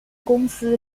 公司